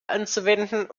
anzuwenden